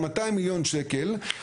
200 מיליון השקלים,